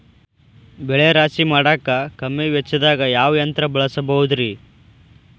ಬೆಳೆ ರಾಶಿ ಮಾಡಾಕ ಕಮ್ಮಿ ವೆಚ್ಚದಾಗ ಯಾವ ಯಂತ್ರ ಬಳಸಬಹುದುರೇ?